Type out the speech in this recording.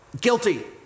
Guilty